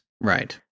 Right